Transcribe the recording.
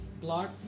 block